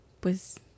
pues